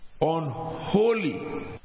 unholy